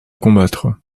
combattre